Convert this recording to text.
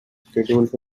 schedules